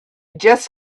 just